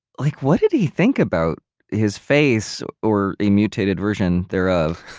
like what did he think about his face, or a mutated version thereof,